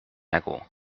nägu